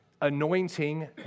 anointing